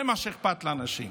זה מה שאכפת לאנשים.